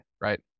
right